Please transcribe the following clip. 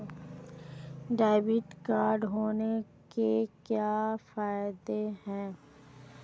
Debit card होने के क्या फायदे हैं?